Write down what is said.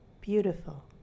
beautiful